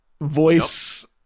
voice